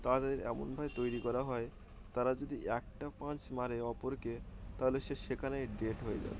তাদের এমনভাবে তৈরি করা হয় তারা যদি একটা প্যাঁচ মারে অপরকে তাহলে সে সেখানেই ডেড হয়ে যাবে